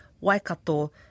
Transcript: Waikato